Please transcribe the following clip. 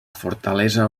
fortalesa